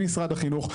עם משרד החינוך,